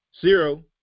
zero